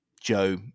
Joe